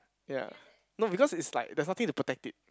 ya no because it's like there's nothing to protect it